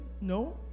No